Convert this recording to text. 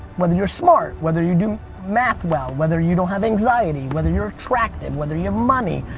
whether you're smart, whether you do math well, whether you don't have anxiety, whether you're attractive, whether you have money,